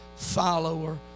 follower